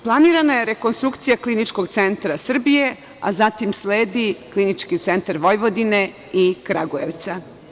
Planirana je rekonstrukcija Kliničkog centra Srbije, a zatim sledi Klinički centar Vojvodine i Kragujevca.